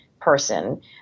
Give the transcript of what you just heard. person